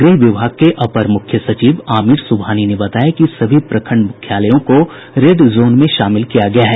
गृह विभाग के अपर मुख्य सचिव आमिर सुबहानी ने बताया कि सभी प्रखंड मुख्यालयों को रेड जोन में शामिल किया गया है